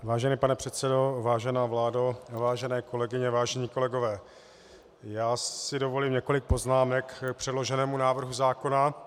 Vážený pane předsedo, vážená vládo, vážené kolegyně, vážení kolegové, já si dovolím několik poznámek k předloženému návrhu zákona.